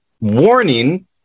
warning